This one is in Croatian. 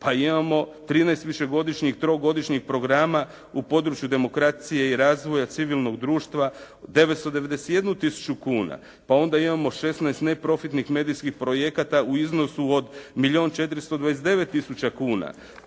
Pa imamo 13 višegodišnjih i trogodišnjih programa u području demokracije i razvoja civilnog društva 991 tisuću kuna. Pa onda imamo 16 neprofitnih medijskih projekata u iznosu od milijun